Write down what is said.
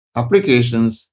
applications